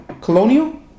Colonial